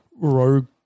rogue